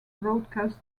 broadcast